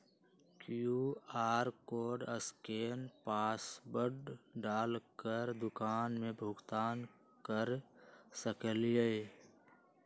QR code scan password डाल कर दुकान में भुगतान कर सकलीहल?